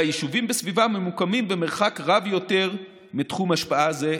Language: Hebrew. והיישובים בסביבה ממוקמים במרחק רב יותר מתחום השפעה זה,